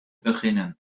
beginnen